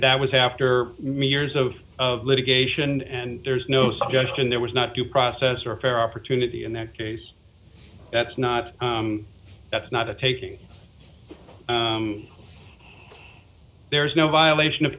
that was after years of litigation and there's no suggestion there was not due process or fair opportunity in that case that's not that's not a taking there is no violation of